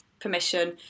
Permission